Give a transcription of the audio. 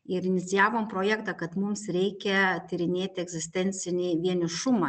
ir inicijavom projektą kad mums reikia tyrinėti egzistencinį vienišumą